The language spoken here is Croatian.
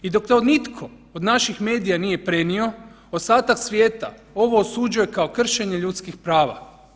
I dok to nitko od naših medija nije prenio, ostatak svijeta ovo osuđuje kao kršenje ljudskih prava.